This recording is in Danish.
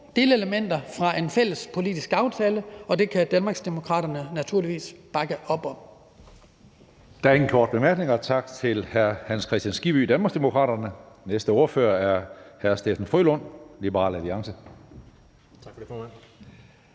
delelementer fra en fælles politisk aftale, og det kan Danmarksdemokraterne naturligvis bakke op om.